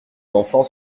enfants